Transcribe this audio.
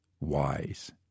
wise